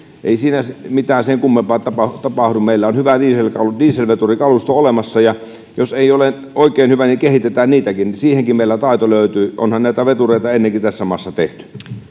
ei siinä mitään sen kummempaa tapahdu meillä on hyvä dieselveturikalusto olemassa ja jos ei ole oikein hyvä niin kehitetään sitäkin siihenkin meillä taito löytyy onhan näitä vetureita ennenkin tässä maassa tehty